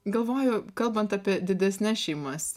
galvoju kalbant apie didesnes šeimas